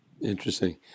Interesting